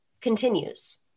continues